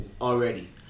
already